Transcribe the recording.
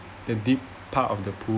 the deep part of the pool